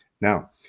Now